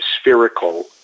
spherical